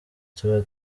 tuba